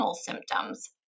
symptoms